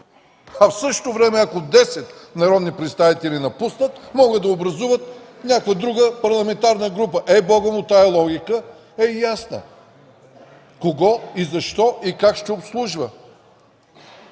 а в същото време, ако десет народни представители напуснат могат да образуват някаква друга парламентарна група. Ей, Богу, тази логика е ясна – кого, защо и как ще обслужва!